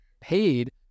Paid